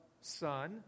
son